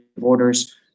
orders